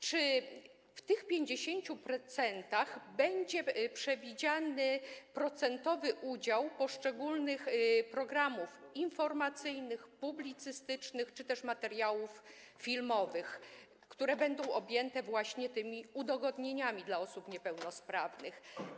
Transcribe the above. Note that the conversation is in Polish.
Czy w tych 50% będzie przewidziany procentowy udział poszczególnych programów informacyjnych, publicystycznych czy też materiałów filmowych, które będą objęte tymi udogodnieniami dla osób niepełnosprawnych?